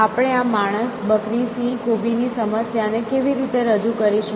આપણે આ માણસ બકરી સિંહ કોબીની સમસ્યાને કેવી રીતે રજૂ કરીશું